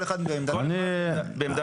כל אחד בעמדה נפרדת.